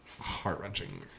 heart-wrenching